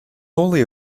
only